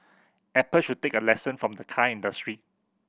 apple should take a lesson from the car industry